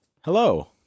Hello